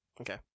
okay